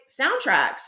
soundtracks